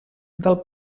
del